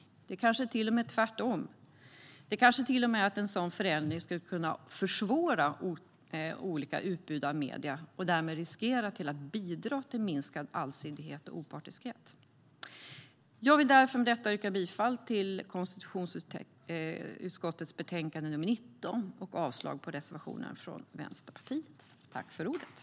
Det kanske till och med är tvärtom. En sådan förändring kanske skulle kunna försvåra olika utbud av medier och därmed riskera att bidra till minskad allsidighet och opartiskhet.